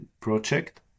project